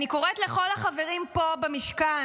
אני קוראת לכל החברים פה במשכן: